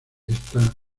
esta